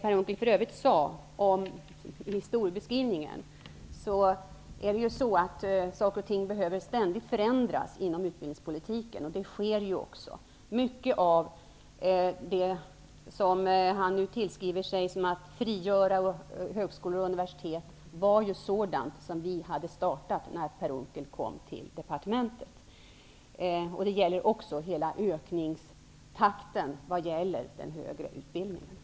Per Unckels historiebeskrivning föranleder mig att säga att saker och ting ständigt behöver förändras inom utbildningspolitiken, och förändringar sker också. Men mycket av det som utbildningsministern tillskriver sig när det gäller att frigöra högskolor och universitet är sådant som vi redan hade påbörjat när Per Unckel kom till departementet. Det gäller också ökningstakten över huvud taget inom den högre utbildningen.